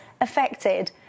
affected